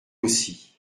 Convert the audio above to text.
aussi